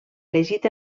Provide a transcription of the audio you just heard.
elegit